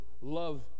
love